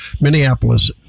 Minneapolis